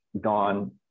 gone